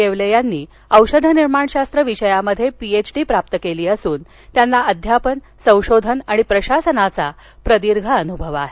येवले यांनी औषधनिर्माणशात्र विषयात पीएचडी प्राप्त केली असून त्यांना अध्यापन संशोधन व प्रशासनाचा प्रदीर्घ अनूभव आहे